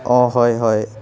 হয় হয়